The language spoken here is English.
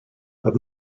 but